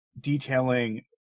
detailing